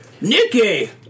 Nicky